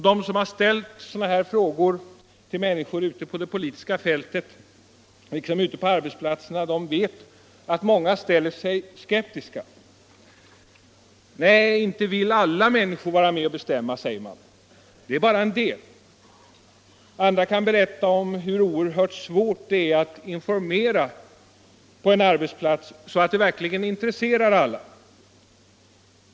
De som har ställt sådana frågor till människor ute på det politiska fältet liksom ute på arbetsplatserna vet att många ställer sig skeptiska. Nej, inte vill alla människor vara med och bestämma, säger man. Det är bara en del som vill det. Andra kan berätta om hur oerhört svårt det är att informera på en arbetsplats så att det verkligen intresserar alla.